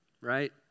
right